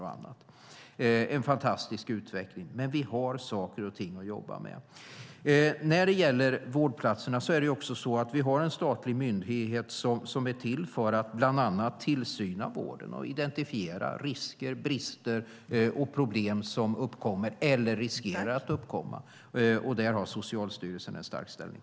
Det är en fantastisk utveckling, men vi har saker och ting att jobba med. När det gäller vårdplatserna har vi en statlig myndighet som är till för att bland annat tillsyna vården och identifiera risker, brister och problem som uppkommer eller riskerar att uppkomma. Där har Socialstyrelsen en stark ställning.